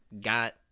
Got